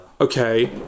Okay